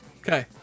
Okay